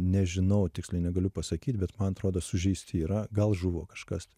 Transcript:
nežinau tiksliai negaliu pasakyt bet man atrodo sužeisti yra gal žuvo kažkas